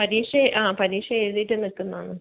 പരീക്ഷ ആ പരീക്ഷ എഴുതിയിട്ട് നിൽക്കുന്നാണ്